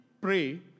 pray